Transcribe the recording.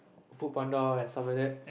FoodPanda and stuff like that